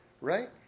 right